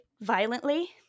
violently